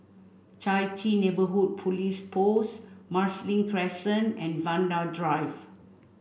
Chai Chee Neighbourhood Police Post Marsiling Crescent and Vanda Drive